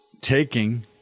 taking